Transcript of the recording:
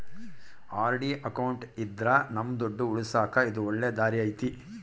RD account ಇದ್ರ ನಮ್ ದುಡ್ಡು ಉಳಿಸಕ ಇದು ಒಳ್ಳೆ ದಾರಿ ಐತಿ